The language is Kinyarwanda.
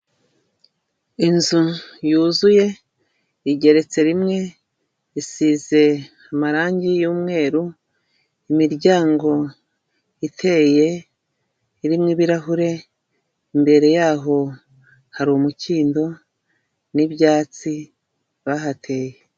Inzu yuzuye igeretse rimwe, isize amarangi y'umweru, imiryango iteye, irimo ibirahure, imbere yaho hari umukindo n'ibyatsi bahateye.